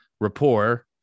rapport